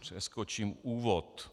Přeskočím úvod.